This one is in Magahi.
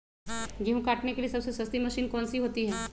गेंहू काटने के लिए सबसे सस्ती मशीन कौन सी होती है?